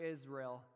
Israel